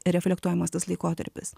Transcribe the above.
reflektuojamas tas laikotarpis